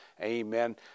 amen